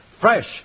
fresh